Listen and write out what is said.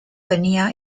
venía